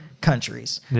countries